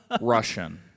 Russian